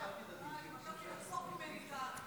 אתה שמעת על הפעולה ההירואית של צה"ל?